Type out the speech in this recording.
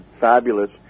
fabulous